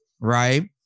right